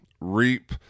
reap